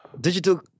Digital